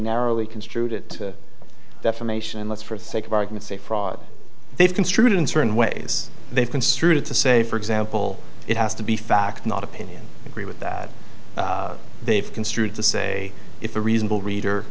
narrowly construed it to defamation unless for sake of argument say fraud they've construed in certain ways they've construed to say for example it has to be fact not opinion agree with that they've construed to say if a reasonable reader